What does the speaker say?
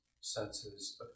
senses